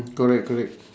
correct correct